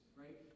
right